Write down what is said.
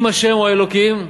אם ה' הוא האלוקים,